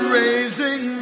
raising